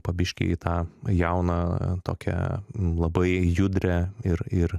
po biškį į tą jauną tokią labai judrią ir ir